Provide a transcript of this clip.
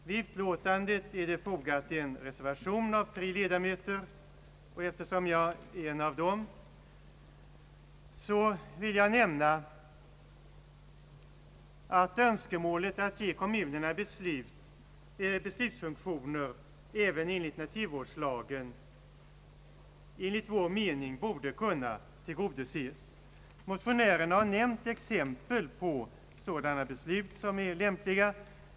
Vid utskottsutlåtandet är fogad en reservation av tre ledamöter, och jag är en av dem. Enligt min mening bör önskemålet att ge kommunerna beslutsfunktioner även enligt naturvårds lagen kunna tillgodoses. Motionärerna har nämnt exempel på sådana beslut som är lämpliga att delegera.